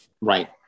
Right